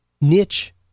niche